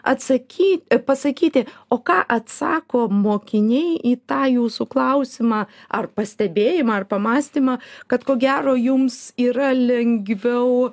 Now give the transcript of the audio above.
atsakyt pasakyti o ką atsako mokiniai į tą jūsų klausimą ar pastebėjimą ar pamąstymą kad ko gero jums yra lengviau